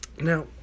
now